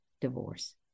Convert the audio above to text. divorce